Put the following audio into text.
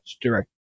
direct